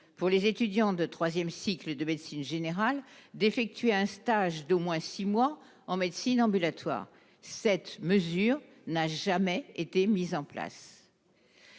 pour les étudiants de troisième cycle de médecine générale d'effectuer un stage d'au moins six mois en médecine ambulatoire. Cette mesure n'a jamais été mise en place.